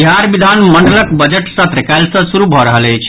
बिहार विधानमंडलक बजट सत्र काल्हि सँ शुरू भऽ रहल अछि